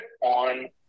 on